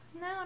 No